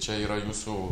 čia yra jūsų